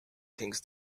things